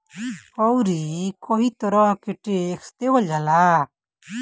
अउरी कई तरह के टेक्स देहल जाला